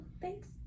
thanks